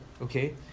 okay